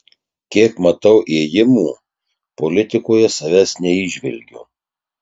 kiek matau ėjimų politikoje savęs neįžvelgiu